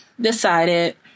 decided